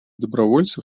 добровольцев